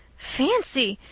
fancy.